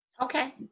Okay